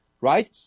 right